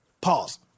Pause